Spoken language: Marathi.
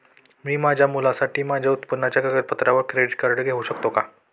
मी माझ्या मुलासाठी माझ्या उत्पन्नाच्या कागदपत्रांवर क्रेडिट कार्ड घेऊ शकतो का?